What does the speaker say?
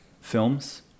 films